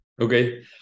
Okay